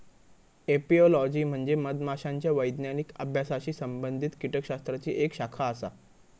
apiology म्हणजे मधमाशांच्या वैज्ञानिक अभ्यासाशी संबंधित कीटकशास्त्राची एक शाखा आसा